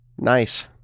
nice